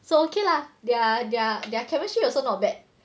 so okay lah their their their chemistry also not bad